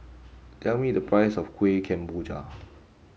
tell me the price of Kuih Kemboja